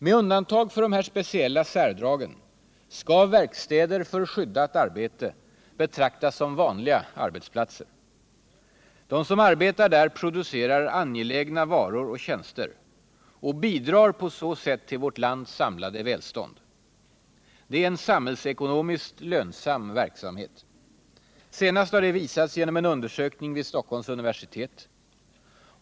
Med undantag för de här speciella särdragen skall verkstäder för skyddat arbete betraktas som vanliga arbetsplatser. De som arbetar där producerar angelägna varor och tjänster och bidrar på så sätt till vårt lands samlade välstånd. Det är en samhällsekonomiskt lönsam verksamhet. Senast har detta visats genom en undersökning vid Stockholms universitet.